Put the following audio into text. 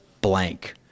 blank